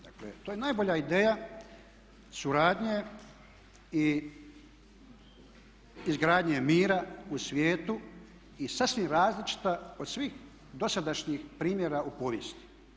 Dakle to je najbolja ideja suradnje i izgradnje mira u svijetu i sasvim različita od svih dosadašnjih primjera u povijesti.